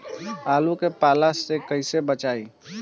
आलु के पाला से कईसे बचाईब?